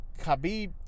Khabib